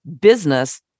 business